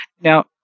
Now